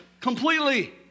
completely